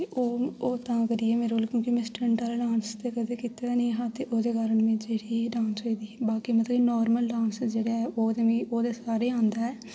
ओह् ओह् तां करियै मेरे कोल क्योंकि मी स्टन्ट आह्ला डान्स ते कदें कीते दा नि हा ते ओह्दे कारण मैं जेह्ड़ी डांट होई बाकी मतलब नार्मल डान्स जेह्ड़ा ऐ ओह् ते मी ओह् ते सारें ई आंदा ऐ